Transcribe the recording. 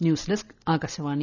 news desk Akashvani